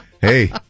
Hey